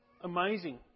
amazing